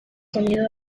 sonido